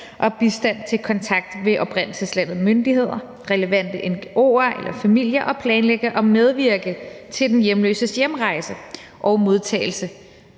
og bistand til kontakt ved oprindelseslandets myndigheder, relevante ngo'er eller familie og planlægge og medvirke til den hjemløses hjemrejse og modtagelse